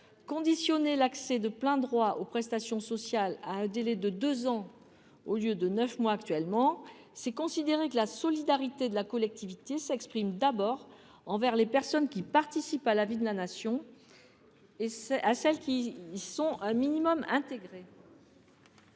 Conditionner l’accès de plein droit aux prestations sociales à un délai de deux ans, au lieu de neuf mois actuellement, revient à considérer que la solidarité de la collectivité s’exprime d’abord envers les personnes qui participent à la vie de la Nation et envers celles qui y sont un tant soit peu intégrées.